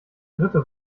dritte